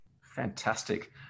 Fantastic